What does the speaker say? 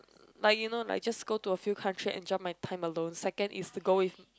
like you know like to just go to a few country and drown my time alone second is to go with